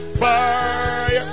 fire